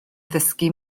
ddysgu